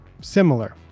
similar